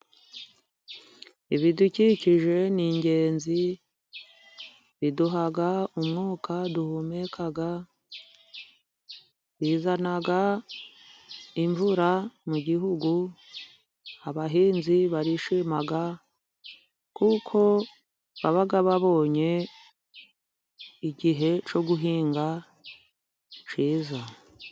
Ibidukikije ni ingenzi biduha umwuka duhumeka, bizana imvura mu gihugu, abahinzi barishima kuko baba babonye igihe cyo guhinga cyiza.